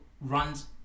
runs